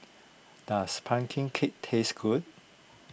does Pumpkin Cake taste good